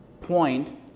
point